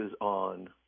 on